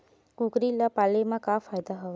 कुकरी ल पाले म का फ़ायदा हवय?